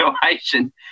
situation